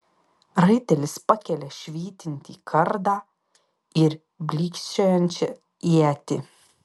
raitelis pakelia švytintį kardą ir blykčiojančią ietį